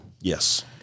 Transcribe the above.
Yes